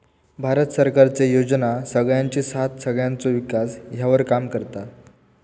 भारत सरकारचे योजना सगळ्यांची साथ सगळ्यांचो विकास ह्यावर काम करता